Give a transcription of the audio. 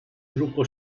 gruppo